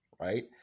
right